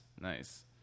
Nice